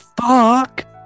Fuck